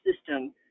system